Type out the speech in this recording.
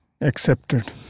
Accepted